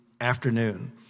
afternoon